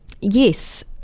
Yes